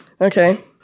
Okay